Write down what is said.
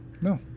No